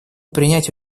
принять